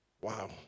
Wow